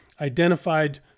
identified